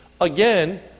Again